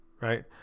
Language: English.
right